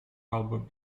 album